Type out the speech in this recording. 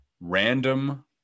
random